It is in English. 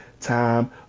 time